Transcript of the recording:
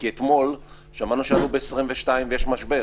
כי אתמול שמענו שאנחנו ב-22 ויש משבר.